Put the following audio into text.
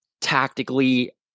tactically